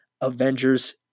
Avengers